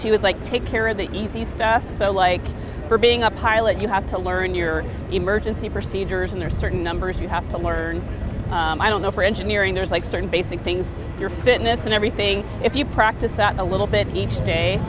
she was like take care of the easy stuff so like for being a pilot you have to learn your emergency procedures and there are certain numbers you have to learn i don't know for engineering there's like certain basic things your fitness and everything if you practice out a little bit each day